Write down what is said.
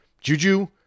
Juju